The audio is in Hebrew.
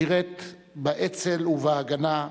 שירת באצ"ל וב"הגנה",